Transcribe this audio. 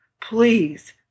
Please